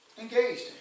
engaged